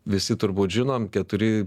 visi turbūt žinom keturi